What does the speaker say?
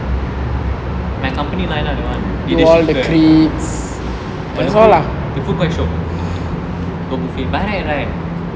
my company line ah that one but the food quite shiok got buffet but I heard right